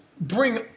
bring